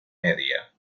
media